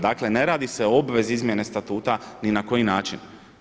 Dakle ne radi se o obvezi izmjene statuta ni na koji način.